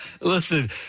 Listen